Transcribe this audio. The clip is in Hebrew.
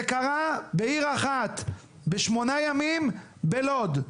זה קרה בעיר אחת, בשמונה ימים, בלוד.